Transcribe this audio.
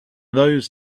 those